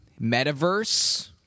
metaverse